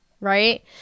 right